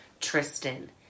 Tristan